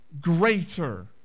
greater